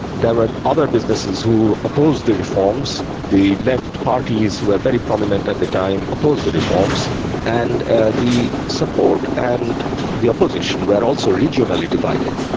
there were other businesses who opposed the reforms. the left parties, who were very prominent at the time, opposed the reforms and ah the support and the opposition were also regionally divided.